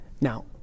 Now